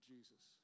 Jesus